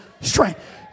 strength